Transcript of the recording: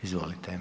Izvolite.